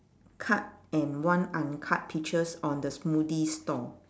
cut and one uncut peaches on the smoothie store